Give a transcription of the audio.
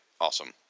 Awesome